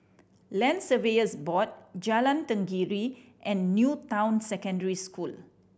Land Surveyors Board Jalan Tenggiri and New Town Secondary School